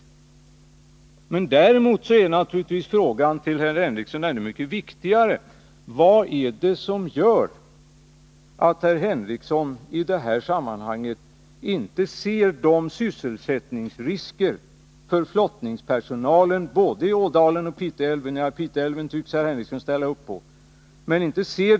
Därmed är min fråga till herr Henricsson ännu mycket viktigare: Vad är det som gör att herr Henriesson i det här sammanhanget inte ser sysselsättningsriskerna för stora grupper av flottningspersonalen både i Ådalen och i Pite älv? Nå, Pite älv tycks han ju ställa upp på.